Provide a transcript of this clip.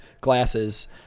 glasses